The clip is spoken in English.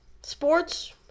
Sports